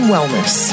Wellness